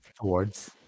awards